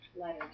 letters